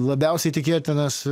labiausiai tikėtinas